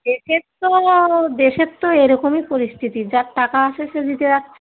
দেশের তো দেশের তো এরকমই পরিস্থিতি যার টাকা আছে সে দিতে পারছে